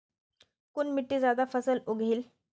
कुन मिट्टी ज्यादा फसल उगहिल?